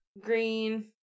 green